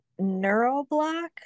neuroblock